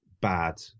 bad